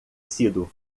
sido